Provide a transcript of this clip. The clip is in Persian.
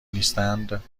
نیستند